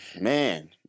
Man